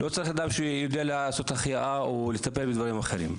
לא צריך אדם שיודע לעשות החייאה או לטפל בדברים אחרים.